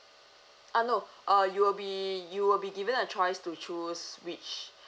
uh no uh you'll be you'll be given a choice to choose which